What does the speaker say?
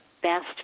best